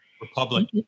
Republic